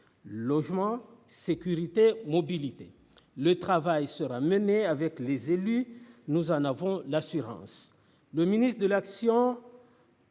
logement, sécurité mobilité le travail sera menée avec les élus, nous en avons l'assurance.